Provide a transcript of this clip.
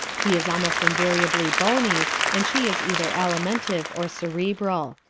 he is almost invariably bony and she is either alimentive or cerebral.